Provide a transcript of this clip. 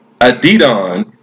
Adidon